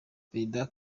perezida